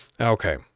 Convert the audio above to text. Okay